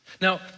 Now